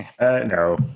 No